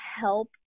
help